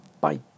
Bye